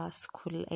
school